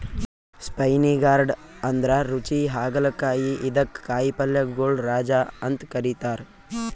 spiny gourd ಅಂದ್ರ ರುಚಿ ಹಾಗಲಕಾಯಿ ಇದಕ್ಕ್ ಕಾಯಿಪಲ್ಯಗೊಳ್ ರಾಜ ಅಂತ್ ಕರಿತಾರ್